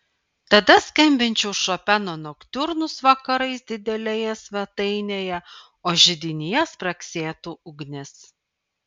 tada skambinčiau šopeno noktiurnus vakarais didelėje svetainėje o židinyje spragsėtų ugnis